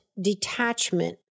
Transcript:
detachment